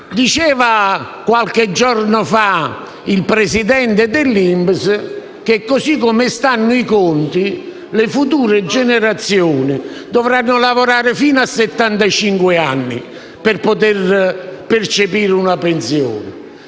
ebbene, qualche giorno fa, il presidente dell'INPS ha detto che, così come stanno i conti, le future generazioni dovranno lavorare fino a 75 anni per poter percepire una pensione,